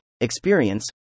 experience